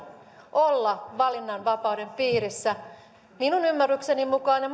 olla valinnanvapauden piirissä minun ymmärrykseni mukaan ja